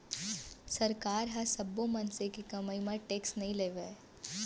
सरकार ह सब्बो मनसे के कमई म टेक्स नइ लेवय